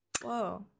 Whoa